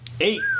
Eight